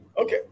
Okay